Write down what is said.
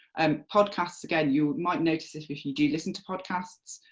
um podcasts again, you might notice if if you do listen to podcasts,